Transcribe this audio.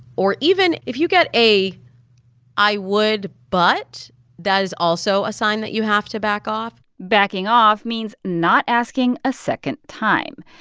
or even if you get a i would, but that is also a sign that you have to back off backing off means not asking a second time.